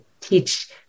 teach